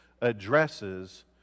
addresses